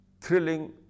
thrilling